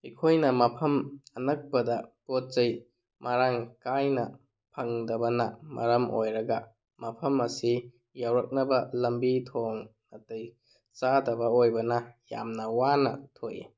ꯑꯩꯈꯣꯏꯅ ꯃꯐꯝ ꯑꯅꯛꯄꯗ ꯄꯣꯠ ꯆꯩ ꯃꯔꯥꯡ ꯀꯥꯏꯅ ꯐꯪꯗꯕꯅ ꯃꯔꯝ ꯑꯣꯏꯔꯒ ꯃꯐꯝ ꯑꯁꯤ ꯌꯧꯔꯛꯅꯕ ꯂꯝꯕꯤ ꯊꯣꯡ ꯅꯥꯇꯩ ꯆꯥꯗꯕ ꯑꯣꯏꯕꯅ ꯌꯥꯝꯅ ꯋꯥꯅ ꯊꯣꯛꯏ